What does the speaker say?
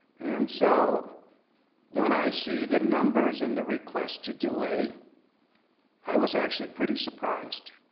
and so when i see the numbers and the request to delay i was actually pretty surprised,